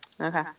Okay